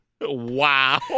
wow